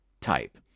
type